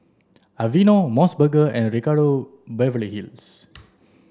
Aveeno MOS burger and Ricardo Beverly Hills